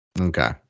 Okay